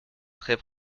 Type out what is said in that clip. très